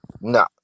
No